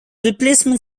replacement